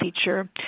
feature